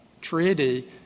treaty